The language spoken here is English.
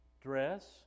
dress